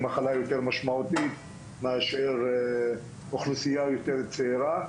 מחלה יותר משמעותית מאשר אוכלוסייה יותר צעירה.